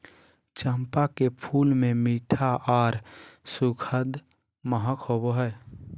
चंपा के फूल मे मीठा आर सुखद महक होवो हय